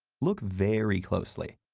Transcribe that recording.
look very closely.